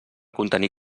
contenir